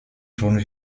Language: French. jaune